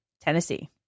Tennessee